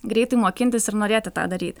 greitai mokintis ir norėti tą daryti